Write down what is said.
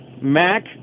Mac